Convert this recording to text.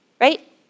right